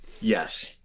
Yes